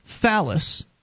phallus